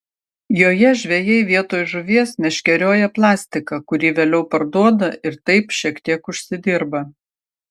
joje žvejai vietoj žuvies meškerioja plastiką kurį vėliau parduoda ir taip šiek tiek užsidirba